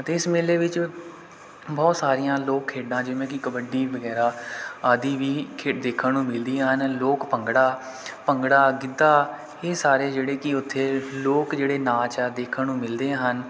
ਅਤੇ ਇਸ ਮੇਲੇ ਵਿੱਚ ਬਹੁਤ ਸਾਰੀਆਂ ਲੋਕ ਖੇਡਾਂ ਜਿਵੇਂ ਕਿ ਕਬੱਡੀ ਵਗੈਰਾ ਆਦਿ ਵੀ ਖੇ ਦੇਖਣ ਨੂੰ ਮਿਲਦੀਆਂ ਹਨ ਲੋਕ ਭੰਗੜਾ ਭੰਗੜਾ ਗਿੱਧਾ ਇਹ ਸਾਰੇ ਜਿਹੜੇ ਕਿ ਉੱਥੇ ਲੋਕ ਜਿਹੜੇ ਨਾਚ ਆ ਦੇਖਣ ਨੂੰ ਮਿਲਦੇ ਹਨ